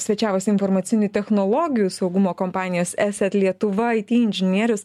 svečiavosi informacinių technologijų saugumo kompanijos eset lietuva it inžinierius